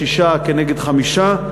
שישה כנגד חמישה,